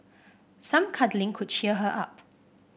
some cuddling could cheer her up